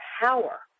power